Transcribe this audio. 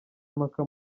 impaka